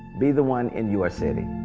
be the one in your city.